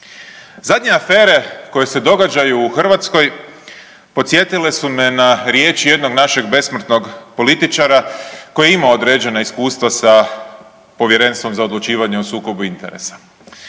Zadnje afere koje se događaju u Hrvatskoj podsjetile su me na riječi jednog našeg besmrtnog političara koji ima određena iskustva sa Povjerenstvom za odlučivanje o sukobu interesa,